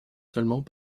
seulement